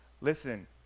Listen